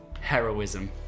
heroism